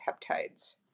peptides